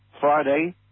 Friday